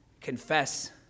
confess